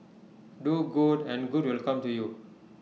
do good and good will come to you